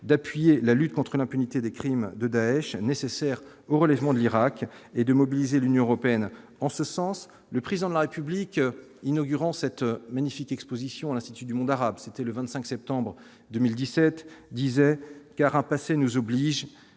d'appuyer la lutte contre l'impunité des crimes de Daech nécessaires au relèvement de l'Irak et de mobiliser l'Union européenne en ce sens, le président de la République, inaugurant cette magnifique Exposition à l'Institut du monde arabe, c'était le 25 septembre 2017 disait carapace et nous oblige